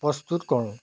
প্ৰস্তুত কৰোঁ